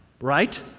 right